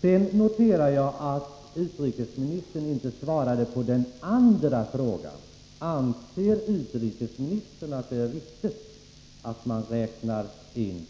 Sedan noterar jag att utrikesministern inte svarade på frågan om utrikesministern anser att det är riktigt att man räknar in